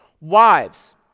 Wives